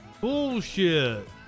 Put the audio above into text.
Bullshit